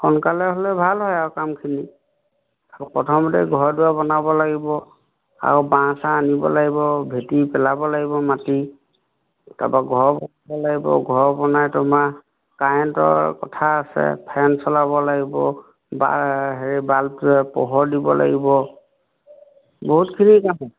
সোনকালে হ'লে ভাল হয় আৰু কামখিনি আকৌ প্ৰথমতে ঘৰ দুৱাৰ বনাব লাগিব আৰু বাঁহ চাহ আনিব লাগিব ভেটি পেলাব লাগিব মাটি তাৰপা ঘৰ বনাব লাগিব ঘৰ বনাই তোমাৰ কাৰেণ্টৰ কথা আছে ফেন চলাব লাগিব বা হেৰি বাল্বটোৱে পোহৰ দিব লাগিব বহুতখিনি কাম আছে